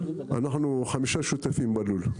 אנחנו חמישה שותפים בלול.